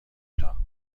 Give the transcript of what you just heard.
کوتاه